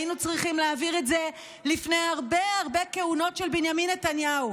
היינו צריכים להעביר את זה לפני הרבה הרבה כהונות של בנימין נתניהו.